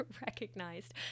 recognized